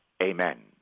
Amen